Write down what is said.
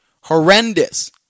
Horrendous